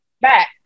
back